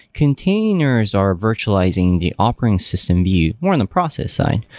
containers are virtualizing the operating system view more in the process side.